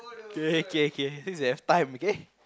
k k k since we have time okay